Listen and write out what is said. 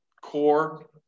core